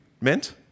meant